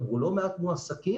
עבור לא מעט מועסקים.